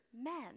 men